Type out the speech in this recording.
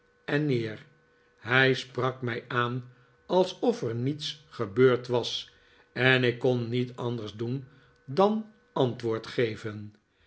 en neer hij sprak mij aan alsof er niets gebeurd was en ik kon niet anders doen dan antwoord geven